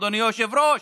אדוני היושב-ראש,